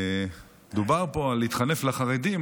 דובר פה על להתחנף לחרדים,